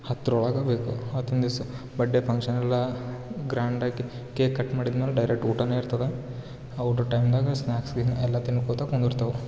ಹತ್ತರೊಳಗ ಬೇಕು ಅವತ್ತಿನ್ ದಿವಸ ಬಡ್ಡೆ ಫಂಕ್ಷನೆಲ್ಲ ಗ್ರ್ಯಾಂಡ್ ಆಗಿ ಕೇಕ್ ಕಟ್ ಮಾಡಿದ್ಮೇಲೆ ಡೈರೆಟ್ಟ್ ಊಟ ಇರ್ತದ ಆ ಊಟ ಟೈಮ್ನಾಗ ಸ್ನ್ಯಾಕ್ಸ್ ಬೀನ್ ಎಲ್ಲ ತಿನ್ಕೋತ ಕುಂದಿರ್ತವ